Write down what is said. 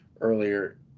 earlier